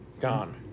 gone